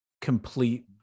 complete